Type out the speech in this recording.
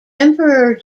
emperor